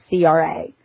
CRA